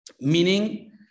meaning